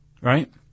right